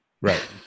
Right